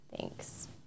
thanks